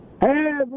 Hey